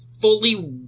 Fully